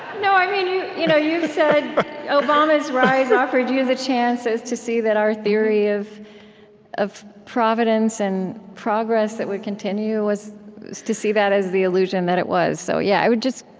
no, i mean you know you've said obama's rise offered you the chances to see that our theory of of providence and progress that would continue was to see that as the illusion that it was. so yeah i would just,